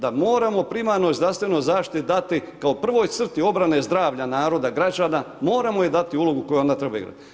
Da moramo primarnoj zdravstvenoj zaštiti dati kao prvoj crti obrane zdravlja naroda građana, moramo joj dati ulogu koju onda treba imati.